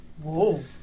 Whoa